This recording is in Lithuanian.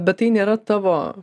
bet tai nėra tavo